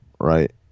right